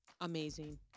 amazing